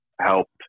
Helped